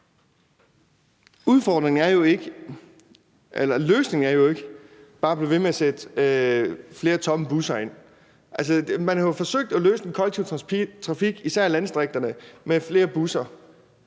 Løsningen er jo ikke bare at blive ved med at sætte flere tomme busser ind. Altså, man har jo forsøgt at løse udfordringen i den kollektive trafik, især i landdistrikterne, med flere busser.